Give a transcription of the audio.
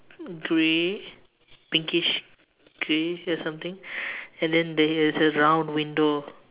grey pinkish grey or something and then there is a round window